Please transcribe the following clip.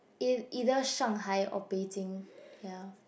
in either Shanghai or Beijing ya